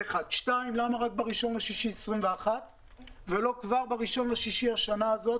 למה רק ב-1 ביוני 2021 ולא כבר ב-1 ביוני בשנה זו?